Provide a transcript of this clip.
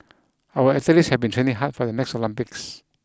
our athletes have been training hard for the next Olympics